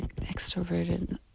extroverted